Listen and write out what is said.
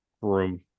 room